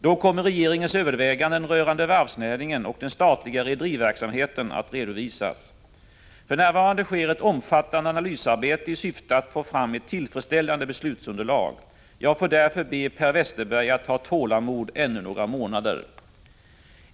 Då kommer regeringens överväganden rörande varvsnäringen och den statliga rederiverksamheten att redovisas. För närvarande sker ett omfattande analysarbete i syfte att få fram ett tillfredsställande beslutsunderlag. Jag får därför be Per Westerberg att ha tålamod ännu några månader.